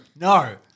No